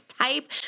type